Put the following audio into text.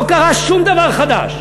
לא קרה שום דבר חדש.